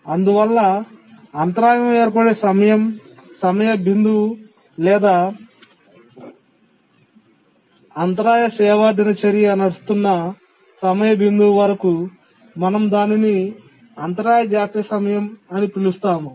అందువల్ల అంతరాయం ఏర్పడే సమయ బిందువు లేదా అంతరాయ సేవా దినచర్య నడుస్తున్న సమయ బిందువు వరకు మనం దానిని అంతరాయ జాప్యం సమయం అని పిలుస్తాము